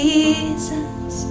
Jesus